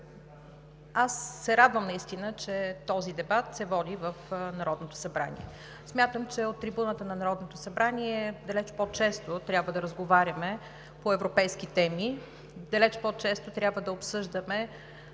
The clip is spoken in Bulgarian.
аз се радвам наистина, че този дебат се води в Народното събрание. Смятам, че от трибуната на Народното събрание далеч по-често трябва да разговаряме по европейски теми, далеч по-често трябва да обсъждаме